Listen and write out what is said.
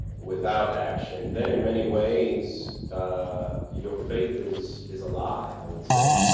without action then in many ways your faith is is a lie, i would say.